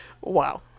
Wow